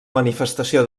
manifestació